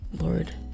lord